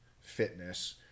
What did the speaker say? fitness